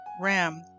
Ram